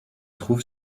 trouve